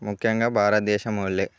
ముఖ్యంగా భారతదేశం వాళ్ళే